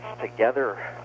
together